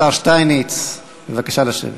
השר שטייניץ, בבקשה לשבת.